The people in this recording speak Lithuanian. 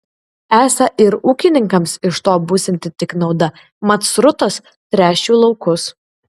esą ir ūkininkams iš to būsianti tik nauda mat srutos tręš jų laukus